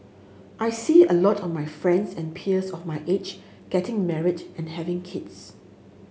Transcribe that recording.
I see a lot of my friends and peers of my age getting married and having kids